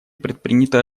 предприняты